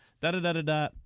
Da-da-da-da-da